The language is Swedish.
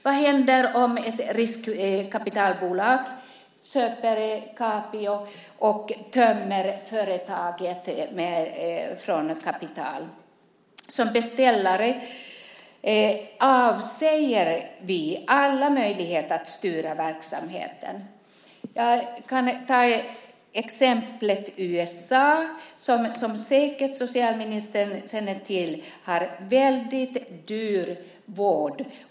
Vad händer om ett riskkapitalbolag köper Capio och tömmer företaget på kapital? Som beställare avsäger vi oss alla möjligheter att styra verksamheten. Jag kan även ta exemplet USA. Som säkert socialministern känner till har de en väldigt dyr vård.